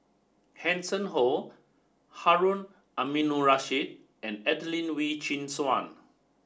Hanson Ho Harun Aminurrashid and Adelene Wee Chin Suan